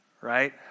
right